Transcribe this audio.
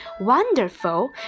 Wonderful